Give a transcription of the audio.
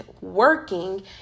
working